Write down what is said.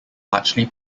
largely